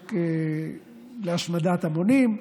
נשק להשמדת המונים.